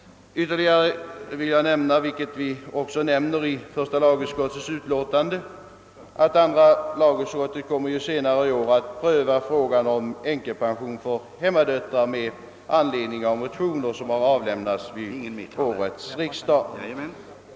Dessutom vill jag understryka vad som framhålles i första lagutskottets utlåtande, nämligen att andra lagutskottet med anledning av motioner som väckts vid årets riksdag senare kommer att pröva frågan om änkepension för hemmadöttrar.